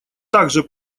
также